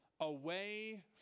away